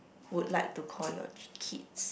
would like to call your kids